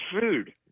food